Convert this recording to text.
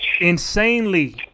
insanely